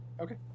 Okay